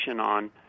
on